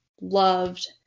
loved